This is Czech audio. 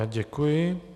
Děkuji.